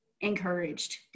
encouraged